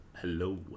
Hello